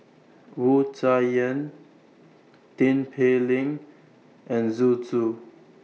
Wu Tsai Yen Tin Pei Ling and Zhu Xu